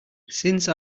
since